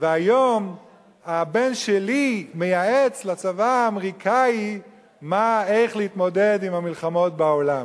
והיום הבן שלי מייעץ לצבא האמריקני איך להתמודד עם המלחמות בעולם.